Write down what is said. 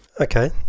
okay